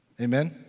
Amen